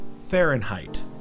Fahrenheit